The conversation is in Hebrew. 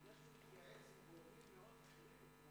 אני יודע שהוא התייעץ עם גורמים מאוד בכירים,